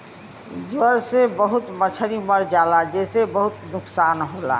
ज्वर से बहुत मछरी मर जाला जेसे बहुत नुकसान होला